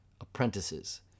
apprentices